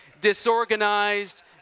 Disorganized